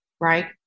right